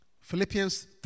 Philippians